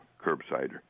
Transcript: curbsider